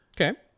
okay